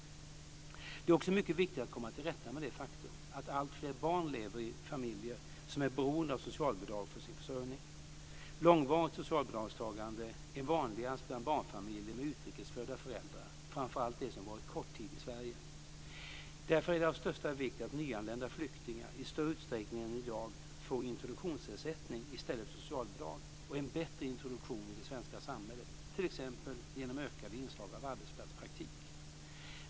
Det är också mycket viktigt att komma till rätta med det faktum att alltfler barn lever i familjer som är beroende av socialbidrag för sin försörjning. Långvarigt socialbidragstagande är vanligast bland barnfamiljer med utrikesfödda föräldrar, framför allt de som varit kort tid i Sverige. Därför är det av största vikt att nyanlända flyktingar i större utsträckning än i dag får introduktionsersättning i stället för socialbidrag och en bättre introduktion i det svenska samhället, t.ex. genom ökade inslag av arbetsplatspraktik.